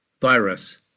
virus